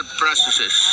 processes